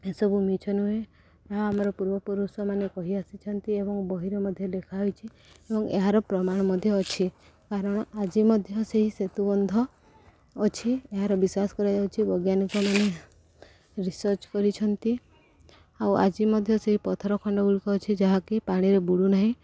ଏସବୁ ମିଛ ନୁହେଁ ଏହା ଆମର ପୂର୍ବପୁରୁଷମାନେ କହିଆସିଛନ୍ତି ଏବଂ ବହିରେ ମଧ୍ୟ ଲେଖାହେଇଛି ଏବଂ ଏହାର ପ୍ରମାଣ ମଧ୍ୟ ଅଛି କାରଣ ଆଜି ମଧ୍ୟ ସେହି ସେତୁବନ୍ଧ ଅଛି ଏହାର ବିଶ୍ୱାସ କରାଯାଉଛି ବୈଜ୍ଞାନିକମାନେ ରିସର୍ଚ କରିଛନ୍ତି ଆଉ ଆଜି ମଧ୍ୟ ସେହି ପଥର ଖଣ୍ଡ ଗୁଡ଼ିକ ଅଛି ଯାହାକି ପାଣିରେ ବୁଡ଼ୁ ନାହିଁ